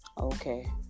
Okay